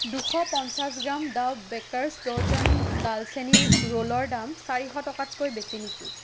দুশ পঞ্চাছ gram the bakers dozen ডালচেনীৰ ৰোলৰ দাম চাৰিশ টকাতকৈ বেছি নেকি